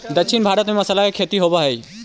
दक्षिण भारत में मसाला के खेती होवऽ हइ